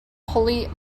holly